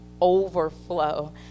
overflow